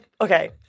Okay